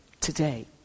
today